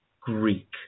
Greek